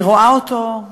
אני רואה אותו,